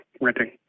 renting